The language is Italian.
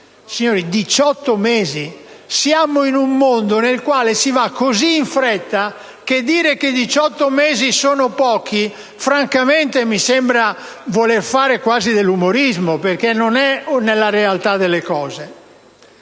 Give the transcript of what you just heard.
Signori, 18 mesi! Siamo in un mondo nel quale si va così in fretta che dire che 18 mesi sono pochi francamente mi sembra voler fare quasi dell'umorismo, perché non è nella realtà delle cose.